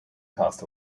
cost